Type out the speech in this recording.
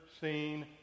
seen